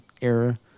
era